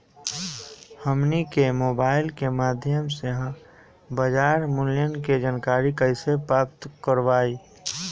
हमनी के मोबाइल के माध्यम से बाजार मूल्य के जानकारी कैसे प्राप्त करवाई?